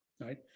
right